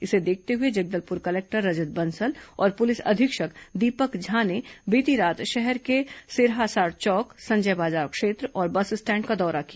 इसे देखते हुए जगदलपुर कलेक्टर रजत बंसल और पुलिस अधीक्षक दीपक झा ने बीती रात शहर के सिरहासार चौक संजय बाजार क्षेत्र और बस स्टैण्ड का दौरा किया